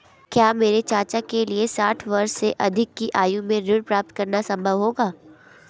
क्या मेरे चाचा के लिए साठ वर्ष से अधिक की आयु में ऋण प्राप्त करना संभव होगा?